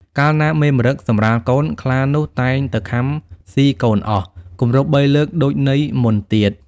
កាលណាមេម្រឹគសម្រាលកូន ខ្លានោះតែងទៅខាំស៊ីកូនអស់ គម្រប់បីលើក ដូចន័យមុនទៀត។